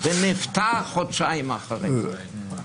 ונפטר חודשיים אחרי זה.